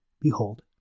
Behold